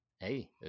hey